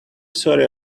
sorry